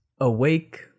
Awake